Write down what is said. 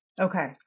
Okay